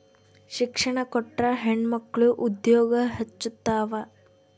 ಶಿಕ್ಷಣ ಕೊಟ್ರ ಹೆಣ್ಮಕ್ಳು ಉದ್ಯೋಗ ಹೆಚ್ಚುತಾವ